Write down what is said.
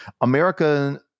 America